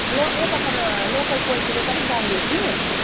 लौ यताबाट लोकल पोल्ट्रीको साह्रै दाम बेसी